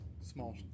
small